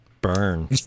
Burn